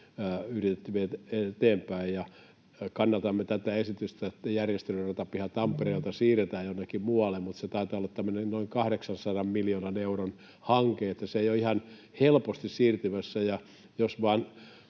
viedä eteenpäin. Kannatamme tätä esitystä, että järjestelyratapiha Tampereelta siirretään jonnekin muualle, mutta se taitaa olla tämmöinen noin 800 miljoonan euron hanke, niin että se ei ole ihan helposti siirtymässä.